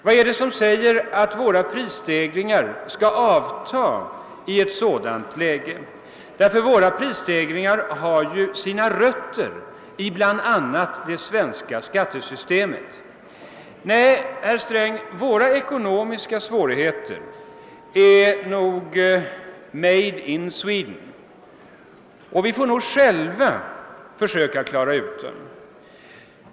Vad är det som säger att våra prisstegringar skall avta 1 ett sådant läge? Prisstegringarna har ju sina rötter bl.a. i det svenska skattesystemet. Nej, herr Sträng, våra ekonomiska svårigheter är »made in Sweden», och vi får nog själva försöka klara av dem.